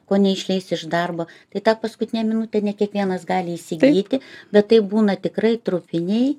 ko neišleis iš darbo tai tą paskutinę minutę ne kiekvienas gali įsigyti bet tai būna tikrai trupiniai